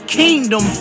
kingdom